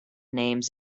names